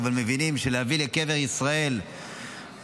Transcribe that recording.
אבל הם מבינים שלהביא לקבר ישראל ולסיים